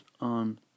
on